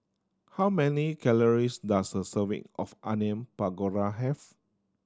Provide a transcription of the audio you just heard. how many calories does a serving of Onion Pakora have